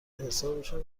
حسابشم